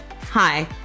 Hi